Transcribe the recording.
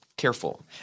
careful